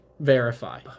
verify